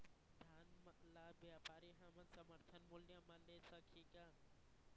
धान ला व्यापारी हमन समर्थन मूल्य म ले सकही का?